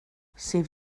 sef